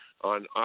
on